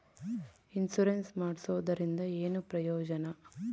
Insurance ಮಾಡ್ಸೋದರಿಂದ ಏನು ಪ್ರಯೋಜನ?